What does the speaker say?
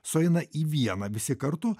sueina į vieną visi kartu